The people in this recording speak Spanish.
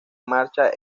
marcha